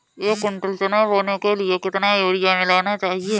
एक कुंटल चना बोने के लिए कितना यूरिया मिलाना चाहिये?